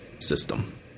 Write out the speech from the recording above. system